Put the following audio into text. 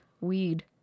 Weed